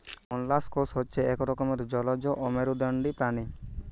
molluscs হচ্ছে এক রকমের জলজ অমেরুদন্ডী প্রাণী